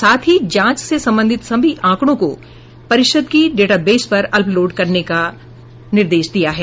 साथ ही जांच से संबंधित सभी आंकड़ों को परिषद की डेटाबेस पर अपलोड करने के निर्देश दिये हैं